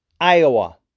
Iowa